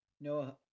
Noah